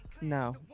No